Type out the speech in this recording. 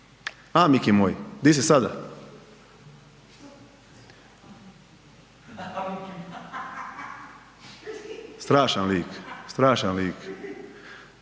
A miki moj, di si sada? Strašan lik, strašan lik.